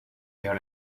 vers